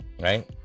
Right